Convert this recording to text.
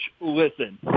listen